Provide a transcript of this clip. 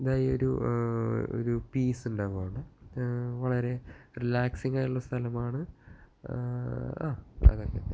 ഇതായൊരു ഒരു പീസുണ്ടാവും അവിടെ വളരെ റിലാക്സിങ്ങായിട്ടുള്ള സ്ഥലമാണ് അതൊക്കെത്തന്നെ